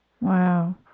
Wow